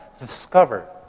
discover